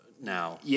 now